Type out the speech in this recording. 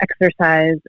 exercise